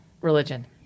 religion